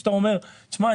שאתה אומר: תשמע,